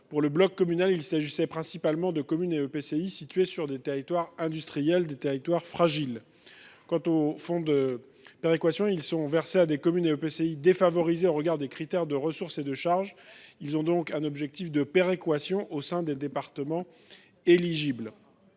Pour le bloc communal, il s’agissait principalement de communes et d’EPCI situées sur des territoires industriels ou fragiles. Quant aux fonds de péréquation, ils sont versés à des communes et EPCI défavorisés au regard des critères de ressources et de charges. Ainsi, ils ont une visée de péréquation au sein des départements éligibles.